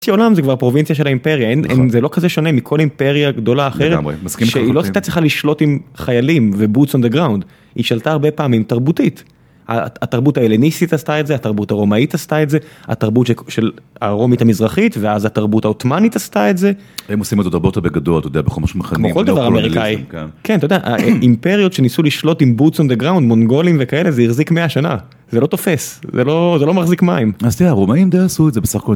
שיא עולם זה כבר פרובינציה של האימפריה אין את זה לא כזה שונה מכל אימפריה גדולה אחרת. לגמרי, מסכים איתך לחלוטין. שהיא לא הייתה צריכה לשלוט עם חיילים ו boots on the ground היא שלטה הרבה פעמים תרבותית, התרבות ההלניסטית עשתה את זה, התרבות הרומאית עשתה את זה, התרבות הרומית המזרחית ואז התרבות העות'מאנית עשתה את זה, הם עושים את זה הרבה יותר בגדול אתה יודע, כל דבר אמריקאי, כן אתה יודע אימפריות שניסו לשלוט עם boots on the ground מונגולים וכאלה זה החזיק 100 שנה זה לא תופס זה לא מחזיק מים. אז תראה הרומאים די עשו את זה בסך הכל.